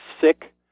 sick